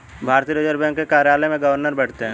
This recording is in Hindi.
भारतीय रिजर्व बैंक के कार्यालय में गवर्नर बैठते हैं